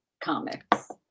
comics